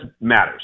matters